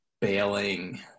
bailing